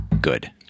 good